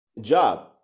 job